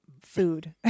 food